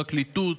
בפרקליטות,